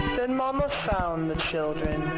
then mama found the children.